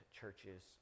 churches